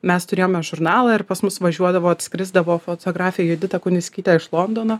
mes turėjome žurnalą ir pas mus važiuodavo atskrisdavo fotografė judita kuniskytė iš londono